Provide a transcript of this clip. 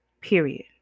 Period